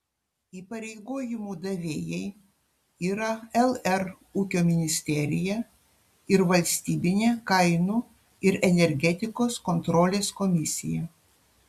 įpareigojimų davėjai yra lr ūkio ministerija ir valstybinė kainų ir energetikos kontrolės komisija